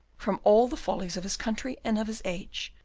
from all the follies of his country and of his age,